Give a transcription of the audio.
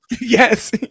Yes